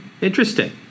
Interesting